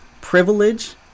privilege